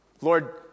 Lord